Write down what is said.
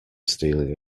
stealing